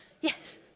Yes